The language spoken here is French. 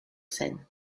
seine